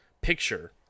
picture